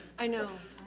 i know.